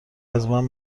ازمن